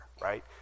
right